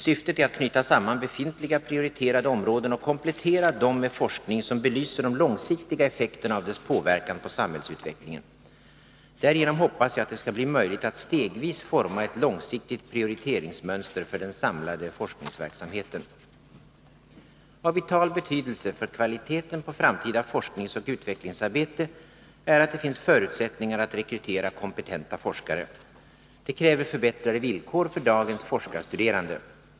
Syftet är att knyta samman befintliga prioriterade områden och komplettera dem med forskning som belyser de långsiktiga effekterna av dess påverkan på samhällsutvecklingen. Därigenom hoppas jag att det skall bli möjligt att stegvis forma ett långsiktigt prioriteringsmönster för den samlade forskningsverksamheten. Av vital betydelse. för kvaliteten på framtida forskningsoch utvecklingsarbete är att det finns förutsättningar att rekrytera kompetenta forskare. Detta kräver förbättrade villkor för dagens forskarstuderande.